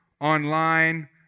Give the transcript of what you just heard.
online